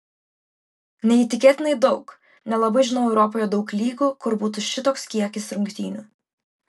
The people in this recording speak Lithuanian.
neįtikėtinai daug nelabai žinau europoje daug lygų kur būtų šitoks kiekis rungtynių